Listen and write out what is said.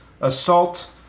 assault